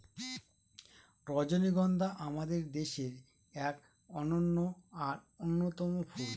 রজনীগন্ধা আমাদের দেশের এক অনন্য আর অন্যতম ফুল